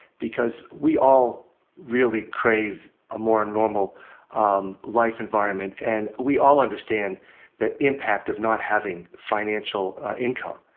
because we all really crave a more normal um life environment, and we all understand the impact of not having financial income.